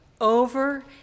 over